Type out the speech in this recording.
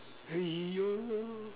are you